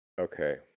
Okay